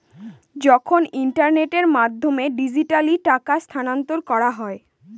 যখন ইন্টারনেটের মাধ্যমে ডিজিট্যালি টাকা স্থানান্তর করা হয়